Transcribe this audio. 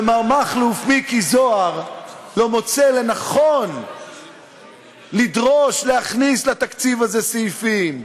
ומר מכלוף מיקי זוהר לא מוצא לנכון לדרוש להכניס לתקציב הזה סעיפים.